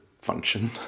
function